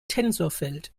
tensorfeld